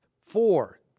Four